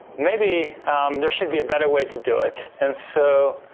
maybe there should be a better way to do it, and so,